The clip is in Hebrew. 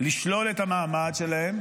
לשלול את המעמד שלהם,